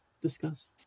discuss